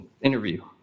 interview